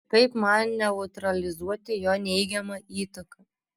kaip man neutralizuoti jo neigiamą įtaką